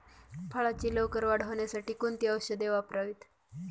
फळाची लवकर वाढ होण्यासाठी कोणती औषधे वापरावीत?